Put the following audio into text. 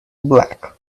black